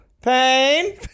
pain